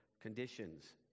conditions